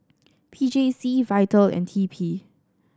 P J C Vital and T P